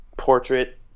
portrait